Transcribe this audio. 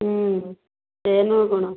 ସେଇଆ ନୁହେଁ ଆଉ କ'ଣ